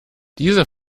diese